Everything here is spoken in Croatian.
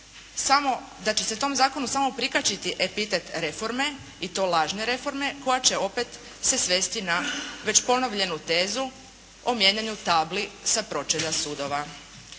da će se tom zakonu samo prikačiti epitet reforme i to lažne reforme koja će opet se svesti na već ponovljenu tezu o mijenjanju tabli sa pročelja sudova.